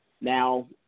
Now